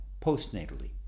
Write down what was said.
postnatally